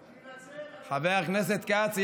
שינצל, חבר הכנסת כץ,